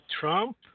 Trump